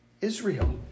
Israel